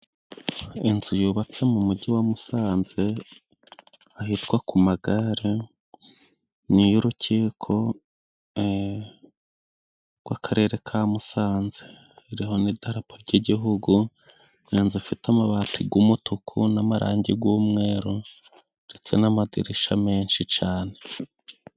Inzu yubatse mu Mujyi wa Musanze ahitwa ku magare ni iy'Urukiko gw'Akarere ka Musanze, iriho n'idarapo ry'igihugu. Ni inzu ifite amabati g'umutuku n'amarangi g'umweru ndetse n'amadirisha menshi cane.